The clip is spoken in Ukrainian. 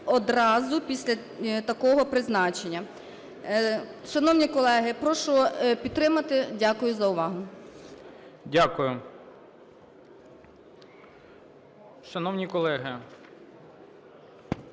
одразу після такого призначення. Шановні колеги, прошу підтримати. Дякую за увагу. ГОЛОВУЮЧИЙ. Дякую. Шановні колеги,